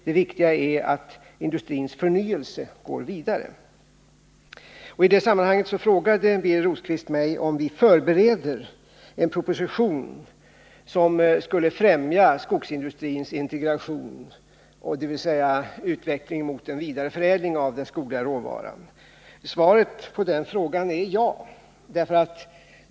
Det viktiga är att industrins förnyelse går vidare. I det sammanhanget frågade Birger Rosqvist mig om vi förbereder en proposition, som skulle främja skogsindustrins integration, dvs. utveckling mot en vidareförädling av den skogliga råvaran. Svaret på den frågan är ja.